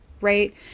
right